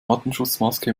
atemschutzmaske